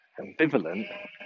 ambivalent